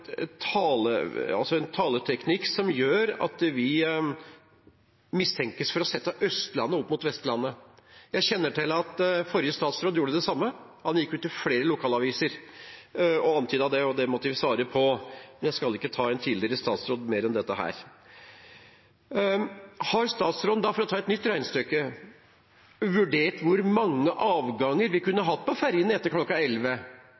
taleteknikk som gjør at vi mistenkes for å sette Østlandet opp mot Vestlandet. Jeg kjenner til at forrige statsråd gjorde det samme. Han gikk ut i flere lokalaviser og antydet det, og det måtte vi svare på. Men jeg skal ikke ta en tidligere statsråd på mer enn dette. Har statsråden, for å ta et nytt regnestykke, vurdert hvor mange avganger vi kunne hatt på fergene etter klokka elleve,